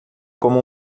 como